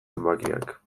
zenbakiak